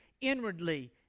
inwardly